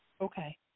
okay